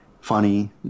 funny